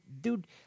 dude